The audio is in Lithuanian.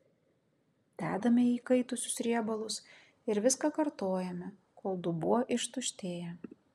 dedame į įkaitusius riebalus ir viską kartojame kol dubuo ištuštėja